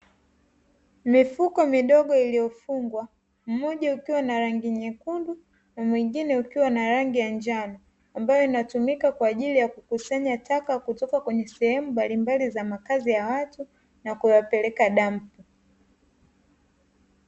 Mifuko midogo iliyofungwa, mmoja ukiwa na rangi nyekundu na mwingine ukiwa na rangi ya njano, ambayo inatumika kwa ajili ya kukusanya taka kutoka kwenye sehemu mbalimbali za makazi ya watu na kuyapeleka dampo.